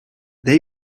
they